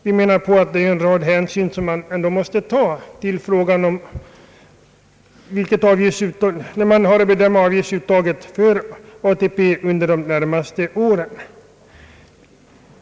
Vi anser att det är åtskilliga hänsyn som måste tas vid bedömandet av avgiftsuttaget för ATP under de närmaste åren.